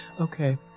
Okay